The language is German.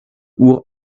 uhr